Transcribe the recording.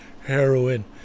heroin